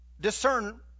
discern